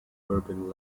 bourbon